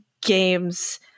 games